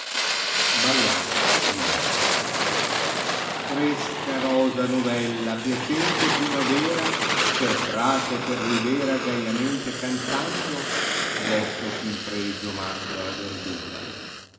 l jt resca rosa novella piacente primavera per prata e per rivera gaiamente cantando vostro fin pregio mando alla verdura